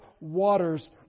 waters